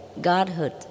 Godhood